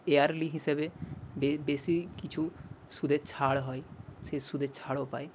early হিসাবে বেশি কিছু সুদের ছাড় হয় সেই সুদের ছাড়ও পাই